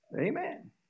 Amen